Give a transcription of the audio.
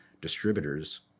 distributors